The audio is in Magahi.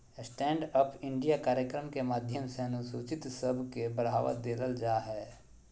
स्टैण्ड अप इंडिया कार्यक्रम के माध्यम से अनुसूचित सब के बढ़ावा देवल जा हय